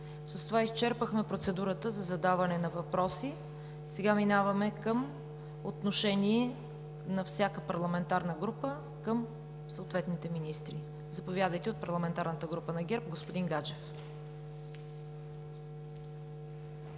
С това изчерпахме процедурата за задаване на въпроси. Сега минаваме към отношение на всяка парламентарна група към съответните министри. От Парламентарната група на ГЕРБ – заповядайте,